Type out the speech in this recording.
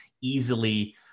easily